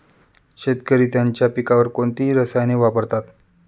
शेतकरी त्यांच्या पिकांवर कोणती रसायने वापरतात?